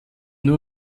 nur